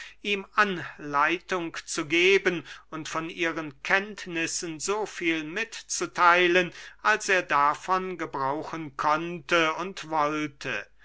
ihm anleitung zu geben und von ihren kenntnissen so viel mitzutheilen als er davon gebrauchen konnte und wollte